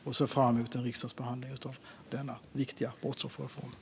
Jag ser fram emot riksdagsbehandlingen av denna viktiga brottsofferreform.